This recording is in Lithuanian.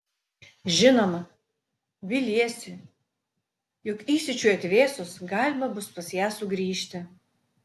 žinoma viliesi jog įsiūčiui atvėsus galima bus pas ją sugrįžti